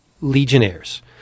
legionnaires